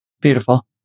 Beautiful